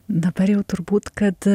dabar jau turbūt kad